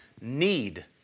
need